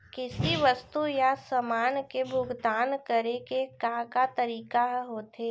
किसी वस्तु या समान के भुगतान करे के का का तरीका ह होथे?